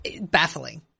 Baffling